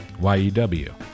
y-e-w